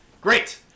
Great